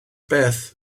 beth